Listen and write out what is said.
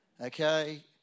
Okay